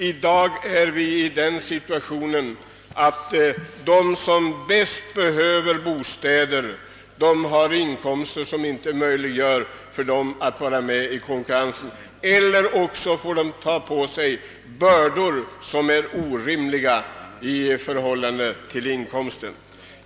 I dag befinner vi oss i den situationen, att de som bäst behöver bostäder inte har sådana inkomster att de kan vara med i konkurrensen om de nyproducerade lägenheterna utan att ta på sig bördor som är orimliga i förhållande till deras inkomster.